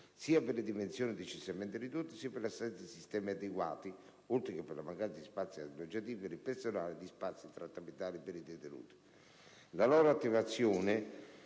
sia per le dimensioni decisamente ridotte, sia per l'assenza di sistemi di sicurezza adeguati, oltre che per la mancanza di spazi alloggiativi per il personale e di spazi trattamentali per i detenuti. La loro attivazione,